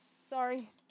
Sorry